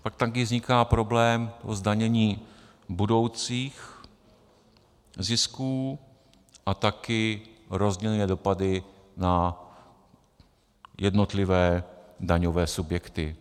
Pak taky vzniká problém zdanění budoucích zisků a taky rozdílné dopady na jednotlivé daňové subjekty.